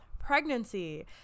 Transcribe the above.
pregnancy